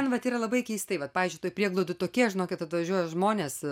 ten vat yra labai keistai vat pavyzdžiui tų prieglaudoj tokie žinokit atvažiuoja žmonės